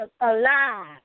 alive